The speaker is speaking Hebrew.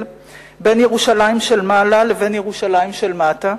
בין ירושלים של מעלה לבין ירושלים של מטה.